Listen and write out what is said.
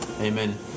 Amen